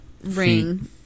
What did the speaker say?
ring